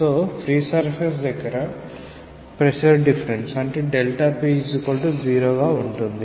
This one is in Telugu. సొ ఫ్రీ సర్ఫేస్ దగ్గర dp 0 ఉంటుంది